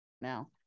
now